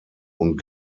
und